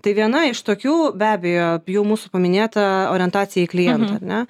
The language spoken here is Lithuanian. tai viena iš tokių be abejo jau mūsų paminėta orientacija į klientą ar ne